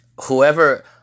Whoever